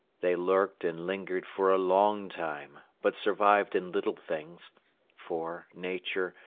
they lurked and lingered for a long time, but survived in little things for, nature,